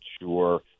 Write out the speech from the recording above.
sure